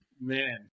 Man